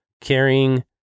carrying